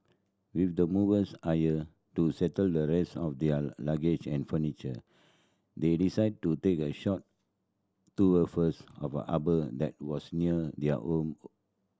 with the movers hired to settle the rest of their luggage and furniture they decided to take a short tour first of a harbour that was near their home